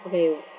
okay